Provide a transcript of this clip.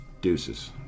deuces